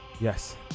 Yes